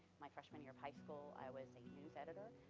my freshman year of high school, i was a news editor.